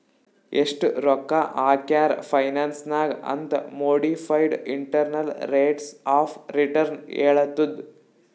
ಎಸ್ಟ್ ರೊಕ್ಕಾ ಹಾಕ್ಯಾರ್ ಫೈನಾನ್ಸ್ ನಾಗ್ ಅಂತ್ modified internal rates of return ಹೇಳತ್ತುದ್